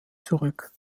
zurück